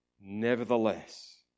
nevertheless